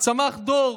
צמח דור